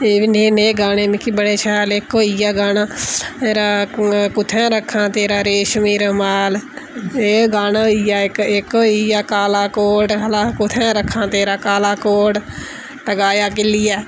ते नेह् नेह् गाने मिकी बडे शैल ते इक होई गेआ गाना रा कुत्थै रक्खां तेरा रेशमी रुमाल एह् गाना होई गेआ इक होई गेआ काला कोट आह्ला कुत्थै रक्खां तेरा काला कोट टकाया किल्लिया